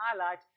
highlight